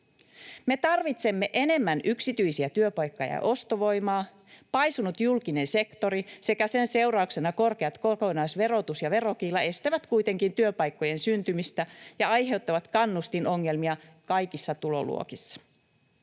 Me tarvitsemme enemmän yksityisiä työpaikkoja ja ostovoimaa. Paisunut julkinen sektori sekä sen seurauksena korkeat kokonaisverotus ja verokiila estävät kuitenkin työpaikkojen syntymistä ja aiheuttavat kannustinongelmia kaikissa tuloluokissa.